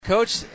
Coach